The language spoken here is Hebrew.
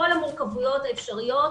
כל המורכבויות האפשריות.